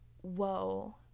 whoa